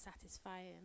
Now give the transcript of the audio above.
satisfying